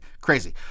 Crazy